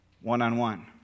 one-on-one